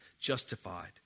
justified